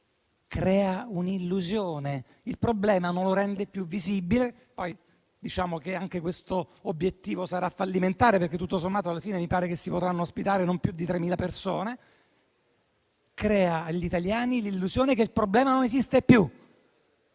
crea un'illusione: il problema non lo rende più visibile - ma anche quest'obiettivo poi sarà fallimentare, perché tutto sommato alla fine mi pare che si potranno ospitare non più di 3.000 persone - e crea agli italiani l'illusione che non esista più.